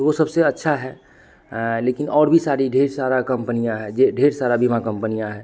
तो वह सबसे अच्छी है लेकिन और भी सारी ढेर सारी कंपनियाँ है जो ढेर सारी बीमा कंपनियाँ हैं